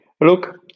Look